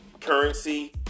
currency